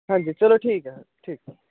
हां हां जी चलो ठीक ऐ